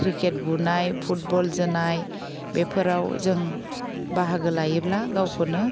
cricket बुनाय football जोनाय बेफोराव जों बाहागो लायोब्ला गावखौनो